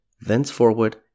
thenceforward